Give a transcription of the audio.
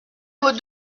vos